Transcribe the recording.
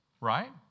right